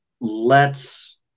lets